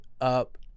up